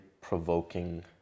provoking